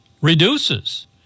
reduces